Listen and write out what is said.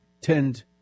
tend